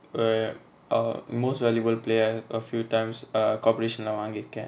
err oh most valuable player a few times uh corporation lah வாங்கி இருக்க:vaangi iruka